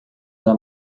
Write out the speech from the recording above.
ela